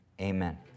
amen